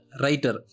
writer